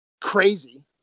crazy